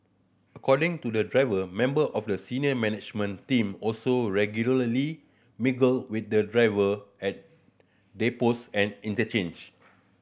according to the driver member of the senior management team also regularly mingle with the driver at depots and interchange